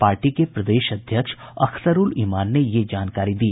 party के प्रदेश अध्यक्ष अख्तरूल इमान ने ये जानकारी दी